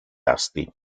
asti